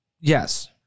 Yes